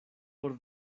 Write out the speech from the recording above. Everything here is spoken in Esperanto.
por